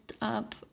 up